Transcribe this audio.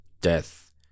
death